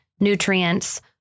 nutrients